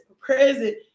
present